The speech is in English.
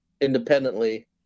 independently